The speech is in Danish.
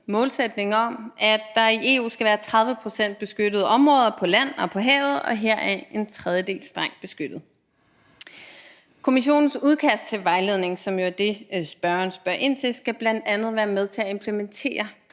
målsætning om, at der i EU skal være 30 pct. beskyttede områder på land og på havet og heraf en tredjedel strengt beskyttet. Kommissionens udkast til vejledning, som jo er det, spørgeren spørger ind til, skal bl.a. være med til at implementere